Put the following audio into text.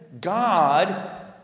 God